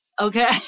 Okay